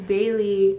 Bailey